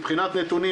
מבחינת נתונים,